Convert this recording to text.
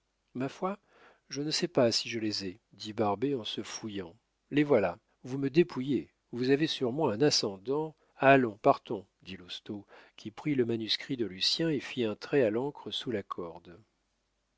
ma foi je ne sais pas si je les ai dit barbet en se fouillant les voilà vous me dépouillez vous avez sur moi un ascendant allons partons dit lousteau qui prit le manuscrit de lucien et fit un trait à l'encre sous la corde